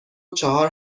چهار